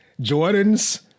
Jordans